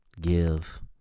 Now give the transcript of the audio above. give